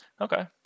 Okay